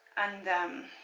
and then